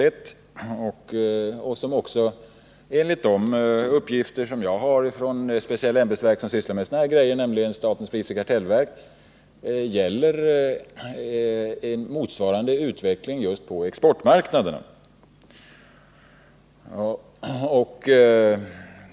Enligt de uppgifter jag har från det speciella ämbetsverk som sysslar med dessa frågor, nämligen statens prisoch kartellnämnd, gäller motsvarande utveckling just på exportmarknaden.